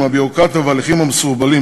עם הביורוקרטיה וההליכים המסורבלים,